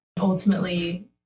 ultimately